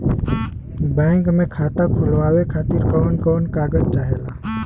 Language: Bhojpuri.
बैंक मे खाता खोलवावे खातिर कवन कवन कागज चाहेला?